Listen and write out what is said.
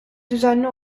düzenli